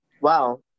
Wow